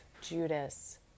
Judas